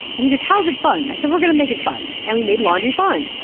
and he goes, how is it fun? i said, we're going to make it fun. and we made laundry fun.